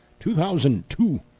2002